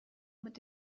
mit